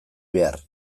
behar